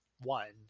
one